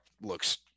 looks